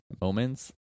moments